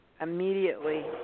immediately